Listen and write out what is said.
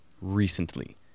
recently